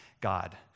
God